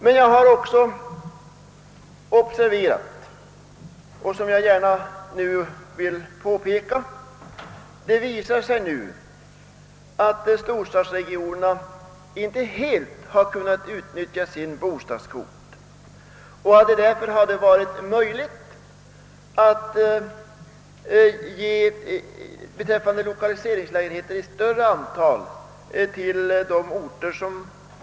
Det har nu visat sig — jag vill gärna påpeka detta — att vissa storstadsregioner icke helt kunnat utnyttja sin bostadskvot. Det hade alltså varit möjligt att ge de orter som har lokaliseringsstöd en större kvot.